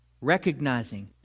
Recognizing